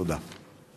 תודה.